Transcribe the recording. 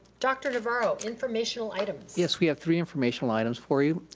doctor navarro, informational items. yes, we have three informational items for you.